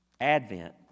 Advent